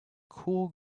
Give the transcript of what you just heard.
cool